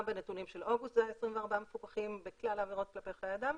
גם בנתונים של אוגוסט זה היה 22 מפוקחים בכלל העבירות כלפי חיי אדם,